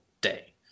day